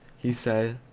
he said.